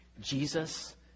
Jesus